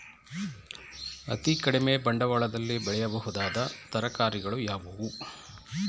ಅತೀ ಕಡಿಮೆ ಬಂಡವಾಳದಲ್ಲಿ ಬೆಳೆಯಬಹುದಾದ ತರಕಾರಿಗಳು ಯಾವುವು?